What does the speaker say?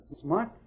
Smart